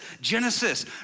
Genesis